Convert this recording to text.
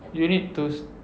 you need to